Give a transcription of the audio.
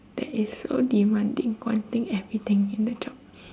that is so demanding wanting everything in the job